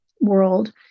world